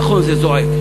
נכון, זה זועק.